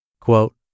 Quote